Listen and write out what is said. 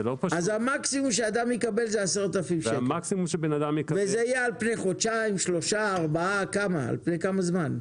אז המקסימום שאדם יקבל זה 10,000 ₪ על פני כמה זמן?